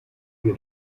wir